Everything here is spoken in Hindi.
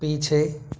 पीछे